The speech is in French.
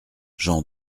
j’en